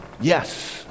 yes